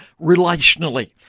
relationally